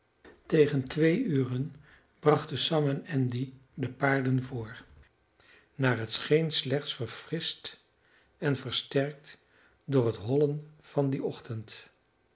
tegen twee uren brachten sam en andy de paarden voor naar het scheen slechts verfrischt en versterkt door het hollen van dien ochtend